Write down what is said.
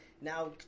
now